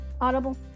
audible